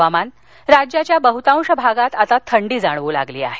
हवामान राज्याच्या बह्तांश भागात आता थंडी जाणवू लागली आहे